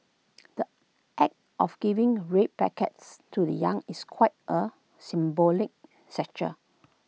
the act of giving red packets to the young is quite A symbolic